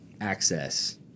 access